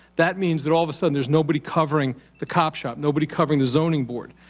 that means that all of a sudden there's nobody covering the cop shop, nobody covering the zoning board.